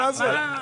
מה זה?